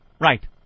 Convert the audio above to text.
right